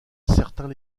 certains